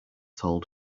told